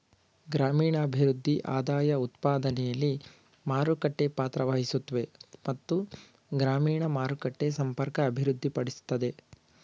ಗ್ರಾಮೀಣಭಿವೃದ್ಧಿ ಆದಾಯಉತ್ಪಾದನೆಲಿ ಮಾರುಕಟ್ಟೆ ಪಾತ್ರವಹಿಸುತ್ವೆ ಮತ್ತು ಗ್ರಾಮೀಣ ಮಾರುಕಟ್ಟೆ ಸಂಪರ್ಕ ಅಭಿವೃದ್ಧಿಪಡಿಸ್ತದೆ